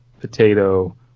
potato